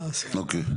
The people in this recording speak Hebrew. אוקיי.